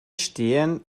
stehen